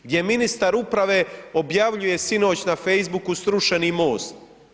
Gdje ministar uprave objavljuje sinoć na facebooku srušeni MOST.